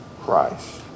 Christ